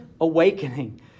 awakening